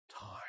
time